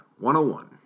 101